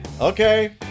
okay